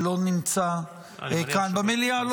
לא נמצא כאן במליאה.